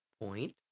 point